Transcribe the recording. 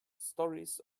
stories